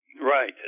right